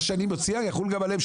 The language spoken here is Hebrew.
מה שאני מציע יחול גם עליהם.